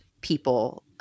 people